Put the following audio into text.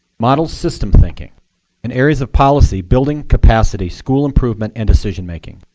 models system thinking in areas of policy, building capacity, school improvement, and decision making,